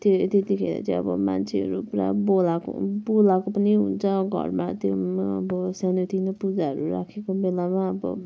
त्यो त्यतिखेर चाहिँ अब मान्छेहरू पुरा बोलाएको बोलाएको पनि हुन्छ घरमा त्यो अब सानोतिनो पूजाहरू राखेको बेलामा अब